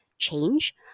change